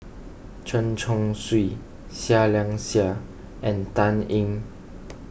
Chen Chong Swee Seah Liang Seah and Dan Ying